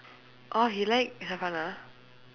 orh he like